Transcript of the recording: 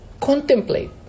Contemplate